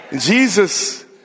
Jesus